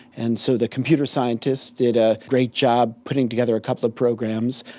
and so the computer scientists did a great job putting together a couple of programs.